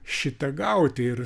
šitą gauti ir